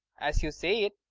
as you say it